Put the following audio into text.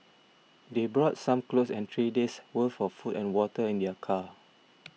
they brought some clothes and three days' worth of food and water in their car